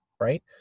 right